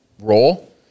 role